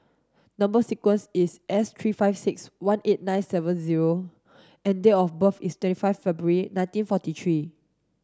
number sequence is S three five six one eight nine seven zero and date of birth is twenty five February nineteen forty three